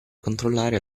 controllare